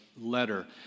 letter